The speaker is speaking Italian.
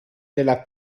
della